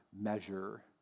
measure